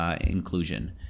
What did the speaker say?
inclusion